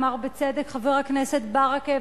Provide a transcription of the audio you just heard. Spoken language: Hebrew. אמר בצדק חבר הכנסת ברכה,